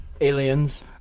Aliens